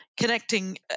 connecting